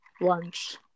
lunch